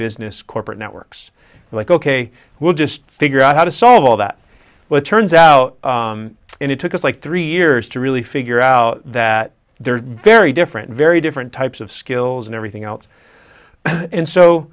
business corporate networks like ok we'll just figure out how to solve all that well it turns out and it took us like three years to really figure out that there are very different very different types of skills and everything else and so